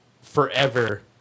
forever